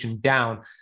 down